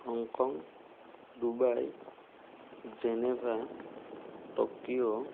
Hong Kong Dubai Geneva Tokyo